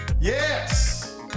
Yes